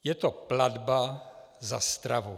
Je to platba za stravu.